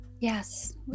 yes